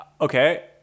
Okay